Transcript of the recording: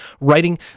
writing